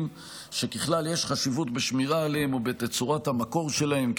שככלל יש חשיבות בשמירה עליהם או בתצורת המקור שלהם,